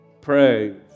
pray